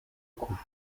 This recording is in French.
coût